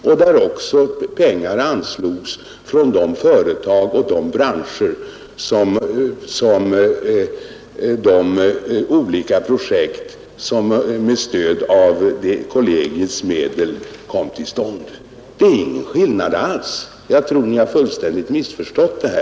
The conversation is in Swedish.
Även där har pengar anslagits från de företag och branscher som medverkat i de olika projekt vilka med stöd av kollegiets medel har kommit till stånd. Där är det alls ingen skillnad. Jag tror att ni helt har missförstått detta.